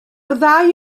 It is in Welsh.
ddau